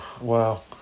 Wow